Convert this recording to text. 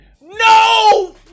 No